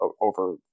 over